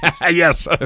Yes